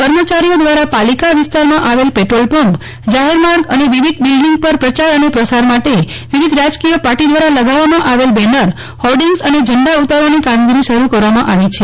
કર્મચારીઓ દ્વારા પાલિકા વિસ્તારમાં આવેલ પેટ્રોલ પંપ જાહેર માર્ગ અને વિવિધ બિલ્ડીંગ પર પ્રચાર અને પ્રસાર માટે વિવિધ રાજકીય પાર્ટી દ્વારા લગાવામાં આવેલ બેનર હોર્ડિંગ્સ અને ઝંડા ઉતારવાની કામગીરી શરૂ કરવામાં આવી છે